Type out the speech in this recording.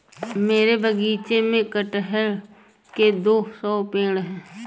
मेरे बगीचे में कठहल के दो सौ पेड़ है